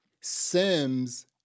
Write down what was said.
Sims